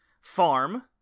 Farm